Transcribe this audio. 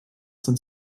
sind